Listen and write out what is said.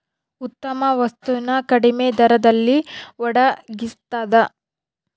ಉತ್ತಮ ವಸ್ತು ನ ಕಡಿಮೆ ದರದಲ್ಲಿ ಒಡಗಿಸ್ತಾದ